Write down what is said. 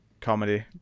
comedy